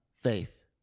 faith